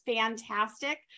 fantastic